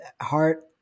heart